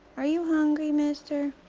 are you hungry, mister?